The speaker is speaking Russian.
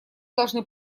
должны